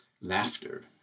laughter